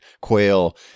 quail